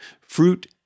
Fruit